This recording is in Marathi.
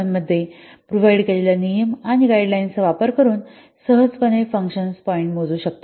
1 मध्ये प्रदान केलेल्या नियम व गाईडलाईन्स वापर करुन आपण सहजपणे फंक्शन पॉइंट्स मोजू शकता